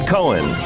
Cohen